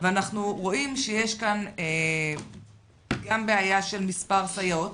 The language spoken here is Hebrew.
ואנחנו רואים שיש כאן גם בעיה של מספר סייעות,